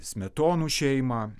smetonų šeimą